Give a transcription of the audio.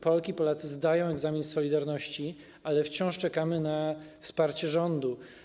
Polki i Polacy zdają egzamin z solidarności, ale wciąż czekamy na wsparcie rządu.